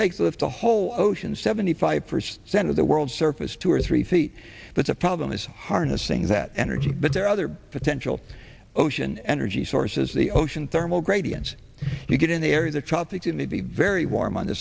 to lift a whole ocean seventy five percent of the world's surface two or three feet but the problem is harnessing that energy but there are other potential ocean energy sources the ocean thermal gradients you get in the air the tropics in the be very warm on the